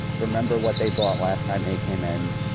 remember what they bought last time they came in.